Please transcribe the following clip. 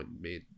Made